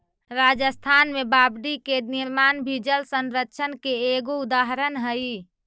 राजस्थान में बावडि के निर्माण भी जलसंरक्षण के एगो उदाहरण हई